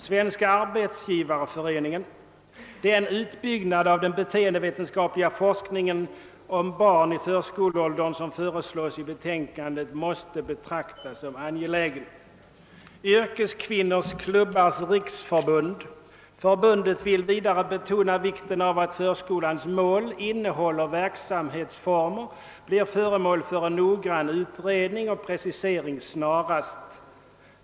Svenska arbetsgivareföreningen skriver: »Den utbyggnad av den beteendevetenskapliga forskningen om barn i förskoleåldern, som föreslås i betänkandet, måste betraktas som angelägen.» »Förbundet vill vidare betona vikten av att förskolans mål, innehåll och verksamhetsformer blir föremål för en noggrann utredning och precisering snarast.